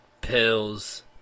Pills